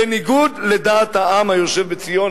בניגוד לדעת העם היושב בציון,